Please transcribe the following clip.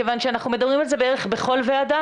כיוון שאנחנו מדברים על זה בערך בכל ועדה